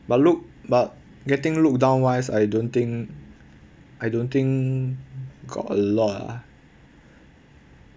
but look but getting looked down wise I don't think I don't think got a lot ah